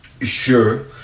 Sure